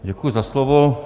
Děkuji za slovo.